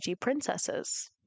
princesses